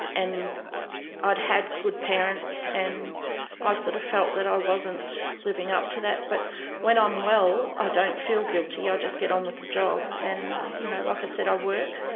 and i'd had good parents and ah i sort of felt that i wasn't living up to that. but when i'm well i don't feel guilty, i ah just get on with the job. and you know like i said, i work,